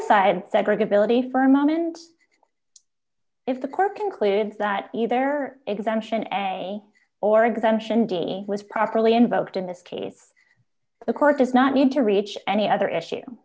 aside segregate military for a moment if the court concludes that either exemption a or exemption d c was properly invoked in this case the court does not need to reach any other issue